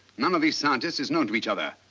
none of these scientists is known to each other.